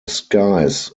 skies